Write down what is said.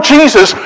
Jesus